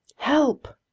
help!